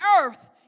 earth